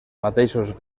mateixos